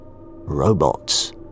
Robots